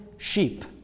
sheep